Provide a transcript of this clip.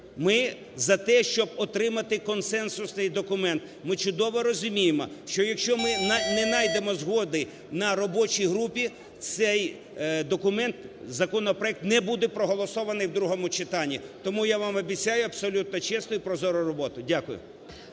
Ми за те, щоб отримати консенсусний документ. Ми чудово розуміємо, що якщо ми не найдемо згоди на робочій групі, цей документ, законопроект не буде проголосований в другому читанні. Тому я вам обіцяю абсолютно чесну і прозору роботу. Дякую.